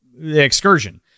excursion